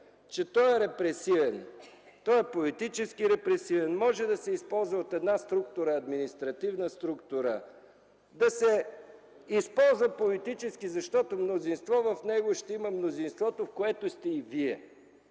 че той е репресивен, той е политически репресивен. Може да се използва от една административна структура, да се използва политически, защото мнозинство в него ще има мнозинството, в което сте и Вие.